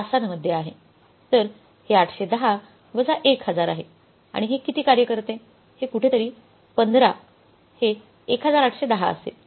तर हे 810 वजा 1000 आहे आणि हे किती कार्य करते हे कुठेतरी 15 हे 1810 असेल